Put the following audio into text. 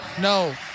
no